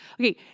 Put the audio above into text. Okay